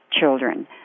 children